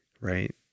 right